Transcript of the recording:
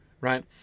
right